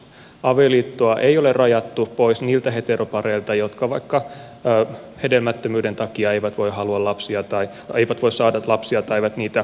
avioliittoa ei ole rajattu pois niiltä heteropareilta jotka vaikka hedelmättömyyden takia eivät voi saada lapsia tai eivät niitä halua